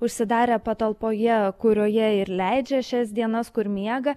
užsidarę patalpoje kurioje ir leidžia šias dienas kur miega